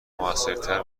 موثرتر